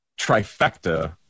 trifecta